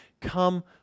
come